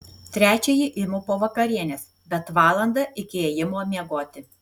trečiąjį imu po vakarienės bet valandą iki ėjimo miegoti